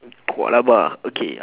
koalapa okay